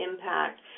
impact